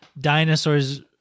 dinosaurs